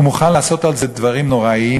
הוא מוכן לעשות על זה דברים נוראים,